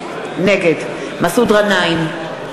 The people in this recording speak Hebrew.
נגד מסעוד גנאים,